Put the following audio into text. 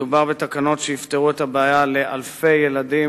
מדובר בתקנות שיפתרו את הבעיה לאלפי ילדים,